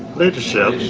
leadership,